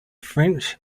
french